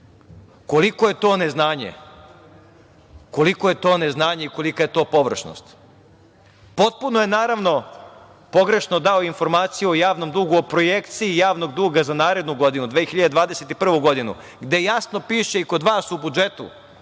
milijardi evra. Koliko je to neznanje? Kolika je to površnost? Potpuno je naravno pogrešno dao informaciju o javnom dugu, o projekciji javnog duga za narednu godinu, 2021. godinu, gde jasno piše i kod vas u budžetu